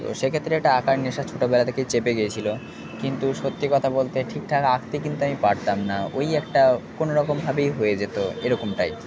তো সে ক্ষেত্রে একটা আঁকার নেশা ছোটোবেলা থেকেই চেপে গেছিলো কিন্তু সত্যি কথা বলতে ঠিক ঠাক আঁকতে কিন্তু আমি পারতাম না ওই একটা কোনো রকমভাবেই হয়ে যেতো এরকম টাইপ